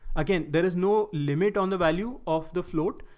again, there is no limit on the value of the float.